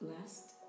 last